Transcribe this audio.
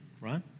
right